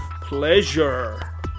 pleasure